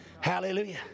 Hallelujah